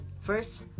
First